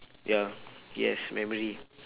ya yes memory